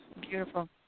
Beautiful